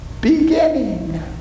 beginning